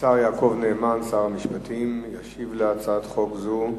השר יעקב נאמן, שר המשפטים, ישיב על הצעת חוק זו.